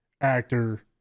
actor